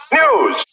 news